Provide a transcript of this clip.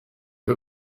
her